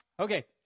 Okay